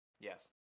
yes